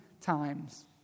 times